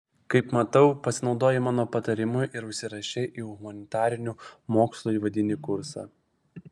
kaip matau pasinaudojai mano patarimu ir užsirašei į humanitarinių mokslų įvadinį kursą